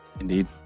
Indeed